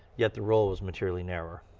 yet the role was materially narrow.